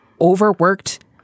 overworked